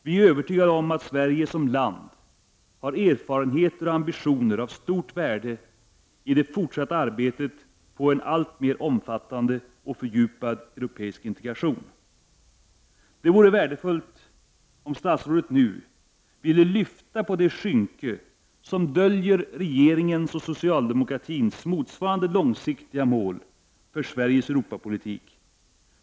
Vi är övertygade om att Sverige som land har erfarenheter och ambitioner av stort värde i det fortsatta arbetet för en alltmera omfattande och fördjupad europeisk integration. Det vore värdefullt om statsrådet nu ville lyfta på det skynke som döljer regeringens och socialdemokratins motsvarande långsiktiga mål för Sveriges Europapolitik.